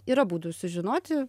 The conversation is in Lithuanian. yra būdų sužinoti